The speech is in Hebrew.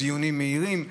דיונים מהירים,